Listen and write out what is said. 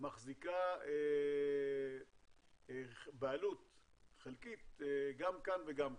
מחזיקה בעלות חלקית גם כאן וגם כאן.